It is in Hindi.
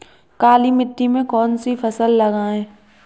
काली मिट्टी में कौन सी फसल लगाएँ?